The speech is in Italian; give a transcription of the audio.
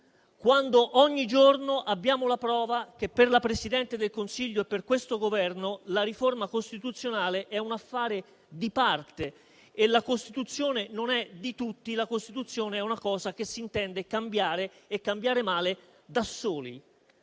quando ogni giorno abbiamo la prova che, per la Presidente del Consiglio e per questo Governo, la riforma costituzionale è un affare di parte e la Costituzione non è di tutti, ma è una cosa che si intende cambiare e cambiare male da soli.